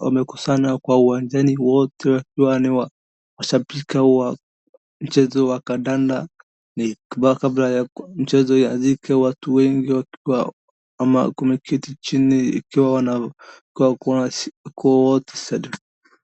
wamekusanya kwa uwanjani wote ni washabiki wa mchezo wa kandanda na ni kabla ya mchezo ianzike watu wengi wakiwa ama wameketi chini ikiwa wanakaa kwa.